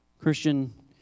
Christian